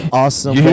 awesome